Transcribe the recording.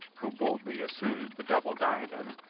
who boldly assumed the double diadem,